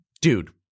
Dude